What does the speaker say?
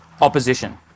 Opposition